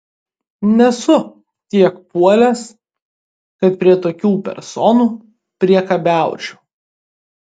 nesu tiek puolęs kad prie tokių personų priekabiaučiau